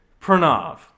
Pranav